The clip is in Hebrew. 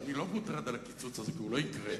אני לא מוטרד לגבי הקיצוץ הזה, כי הוא לא יקרה,